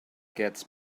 gets